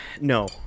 No